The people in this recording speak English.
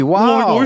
Wow